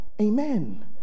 amen